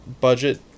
budget